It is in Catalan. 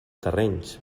terrenys